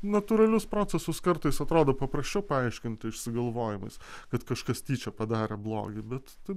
natūralius procesus kartais atrodo paprasčiau paaiškinti išsigalvojimais kad kažkas tyčia padarė blogį bet tai